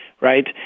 Right